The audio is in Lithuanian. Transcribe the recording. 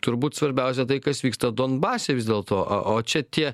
turbūt svarbiausia tai kas vyksta donbase vis dėlto o čia tie